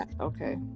okay